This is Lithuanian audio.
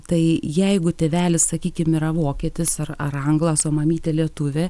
tai jeigu tėvelis sakykim yra vokietis ar ar anglas o mamytė lietuvė